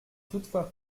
toutefois